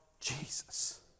Jesus